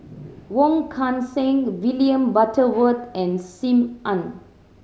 Wong Kan Seng William Butterworth and Sim Ann